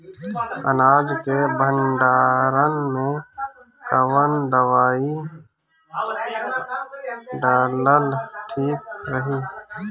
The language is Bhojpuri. अनाज के भंडारन मैं कवन दवाई डालल ठीक रही?